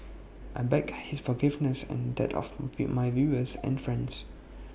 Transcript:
I beg his forgiveness and that of my viewers and friends